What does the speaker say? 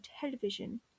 television